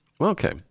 Okay